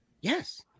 Yes